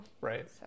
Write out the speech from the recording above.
Right